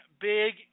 big